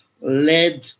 led